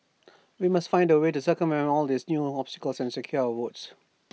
we must find A way to circumvent all these new obstacles and secure our votes